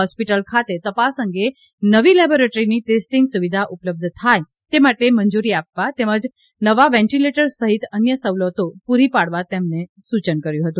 hospital ખાતે તપાસ અંગે નવી લેબોરેટરીની ટેસ્ટિંગ સુવિધા ઉપલબ્ધ થાય તે માટે મંજૂરી આપવા તેમજ નવા વેન્ટિલેટર સહિત અન્ય સવલતો પૂરી પાડવા તેમણે સૂચન કર્યું હતું